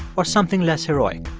or something less heroic?